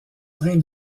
train